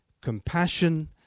compassion